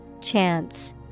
Chance